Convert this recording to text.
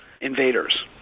invaders